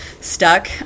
stuck